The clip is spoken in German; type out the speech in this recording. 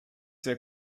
sehr